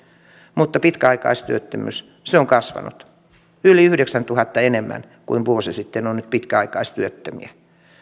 mutta pitkäaikaistyöttömyys on kasvanut yli yhdeksäntuhannen enemmän kuin vuosi sitten on nyt pitkäaikaistyöttömiä